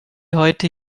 heute